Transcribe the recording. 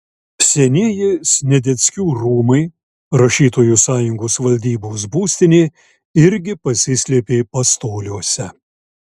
senieji sniadeckių rūmai rašytojų sąjungos valdybos būstinė irgi pasislėpė pastoliuose